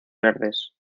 verdes